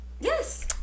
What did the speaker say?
Yes